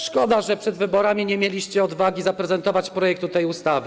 Szkoda, że przed wyborami nie mieliście odwagi zaprezentować projektu tej ustawy.